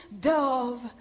dove